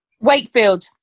Wakefield